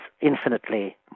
infinitely